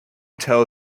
tell